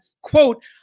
quote